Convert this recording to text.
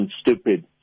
stupid